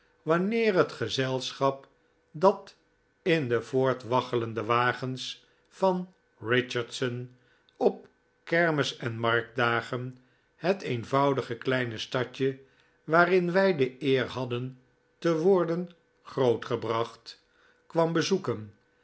het gezelschap dat in de voortwaggelende wagens van richardson x op kermis en marktdagen het eenvoudige kleine stadje waarin wij de eer hadden te worden grootgebracht kwam bezoeken